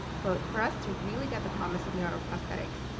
quote, for us to really get the promise of neuroprosthetics,